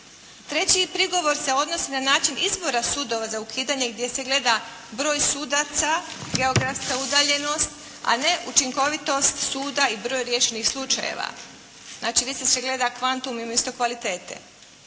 Treći prigovor se odnosi na način izbora sudova za ukidanje gdje se gleda broj sudaca, geografska udaljenost, a ne učinkovitost suda i broj riješenih slučajeva. Znači više se gleda kvantum umjesto kvalitete.